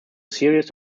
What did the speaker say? series